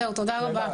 זהו, תודה רבה.